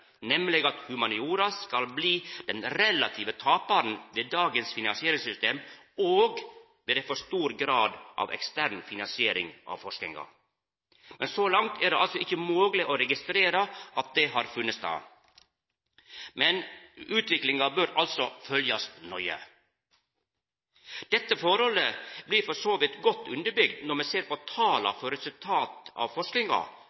nemleg at humaniora skal bli den relative taparen ved dagens finansieringssystem og ved ei for stor grad av ekstern finansiering av forskinga. Så langt er det altså ikkje mogleg å registrera at det har funne stad, men utviklinga bør altså følgjast nøye. Dette forholdet blir for så vidt godt underbygt når me ser på